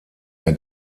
der